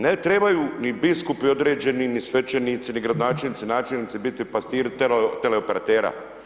Ne trebaju ni biskupi određeni, ni svećenici, ni gradonačelnici, načelnici, biti pastiri teleoperatera.